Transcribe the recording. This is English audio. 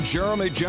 Jeremy